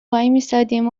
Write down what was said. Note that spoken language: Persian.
وایمیستادیم